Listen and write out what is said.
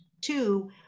two